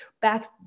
Back